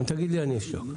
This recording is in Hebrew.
אם תגיד לי, אני אשתוק.